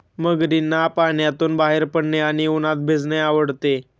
मगरींना पाण्यातून बाहेर पडणे आणि उन्हात भिजणे आवडते